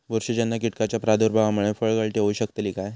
बुरशीजन्य कीटकाच्या प्रादुर्भावामूळे फळगळती होऊ शकतली काय?